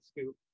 scoop